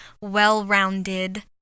well-rounded